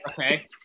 okay